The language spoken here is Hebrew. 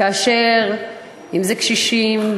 אם זה קשישים,